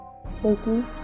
spooky